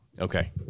Okay